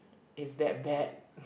is that bad